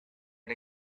and